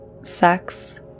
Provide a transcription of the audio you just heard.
sex